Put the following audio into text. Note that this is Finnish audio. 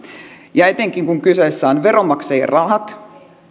ja etenkin kun kyseessä ovat veronmaksajien rahat